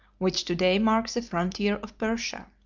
which to-day mark the frontier of persia.